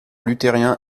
luthériens